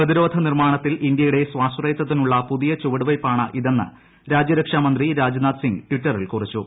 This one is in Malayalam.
പ്രതിരോധ നിർമ്മാണത്തിൽ ഇന്ത്യയുടെ സാശ്രയത്തിനുള്ള പുതിയ ചുവടുവയ്പ്പാണ് ഇതെന്ന് രാജ്യരക്ഷാ മന്ത്രി രാജ്നാഥ് സിംഗ് ട്ടിററ്റിൽ കുറിച്ചു